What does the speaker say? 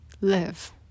live